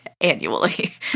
annually